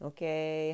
Okay